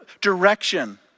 direction